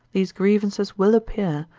these grievances will appear,